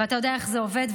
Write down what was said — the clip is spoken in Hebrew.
ואתה יודע איך זה עובד.